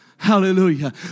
Hallelujah